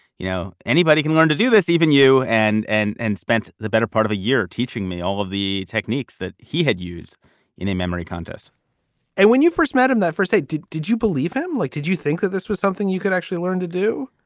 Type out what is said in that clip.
you know, anybody can learn to do this, even you and and and spent the better part of a year teaching me all of the techniques that he had used in a memory contest and when you first met him that first day, did did you believe him? like did you think that this was something you could actually learn to do?